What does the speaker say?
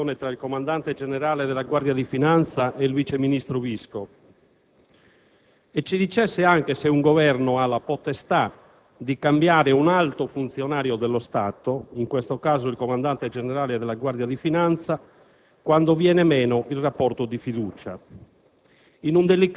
ci dicesse cosa non ha funzionato nel rapporto di collaborazione tra il Comandante generale della Guardia di finanza e il vice ministro Visco e ci dicesse anche se un Governo ha la potestà di cambiare un alto funzionario dello Stato, in questo caso il Comandante generale della Guardia di finanza,